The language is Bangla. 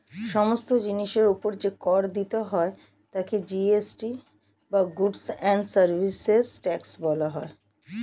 সমস্ত জিনিসের উপর যে কর দিতে হয় তাকে জি.এস.টি বা গুডস্ অ্যান্ড সার্ভিসেস ট্যাক্স বলা হয়